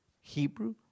Hebrew